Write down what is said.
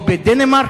או בדנמרק?